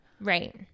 Right